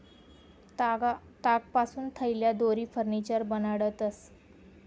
तागपासून थैल्या, दोरी, फर्निचर बनाडतंस